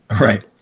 Right